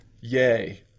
yay